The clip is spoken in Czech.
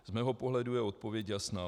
Z mého pohledu je odpověď jasná.